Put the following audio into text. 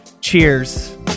Cheers